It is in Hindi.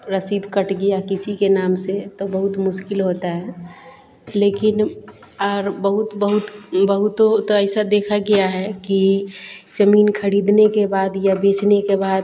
रसीद कट गई किसी के नाम से तो बहुत मुश्किल होती है लेकिन और बहुत बहुत बहुतों तो ऐसा देखा गया है कि ज़मीन ख़रीदने के बाद या बेचने के बाद